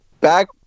Back